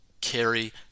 carry